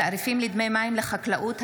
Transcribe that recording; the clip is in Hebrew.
(תעריפים לדמי מים לחקלאות),